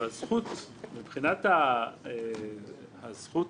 מבחינת הזכות